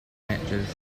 matches